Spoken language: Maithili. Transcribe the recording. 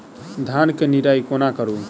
धान केँ निराई कोना करु?